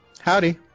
Howdy